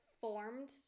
formed